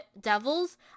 devils